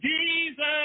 Jesus